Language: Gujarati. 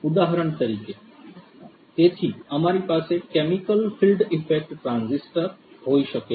ઉદાહરણ તરીકે તેથી અમારી પાસે કેમિકલ ફીલ્ડ ઇફેક્ટ ટ્રાંઝિસ્ટર હોઈ શકે છે